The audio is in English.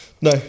no